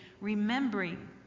remembering